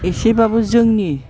एसेबाबो जोंनि